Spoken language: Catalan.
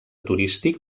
turístic